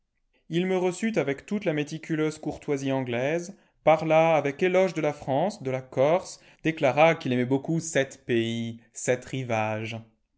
ii me reçut avec toute la méticuleuse courtoisie anglaise parla avec éloge de la france de la corse déclara qu'il aimait beaucoup cette pays cette rivage